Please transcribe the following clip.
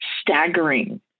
staggering